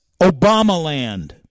Obamaland